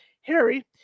Harry